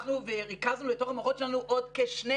אנחנו ריכזנו לתוך המערכות שלנו עוד כשני